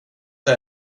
det